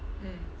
mm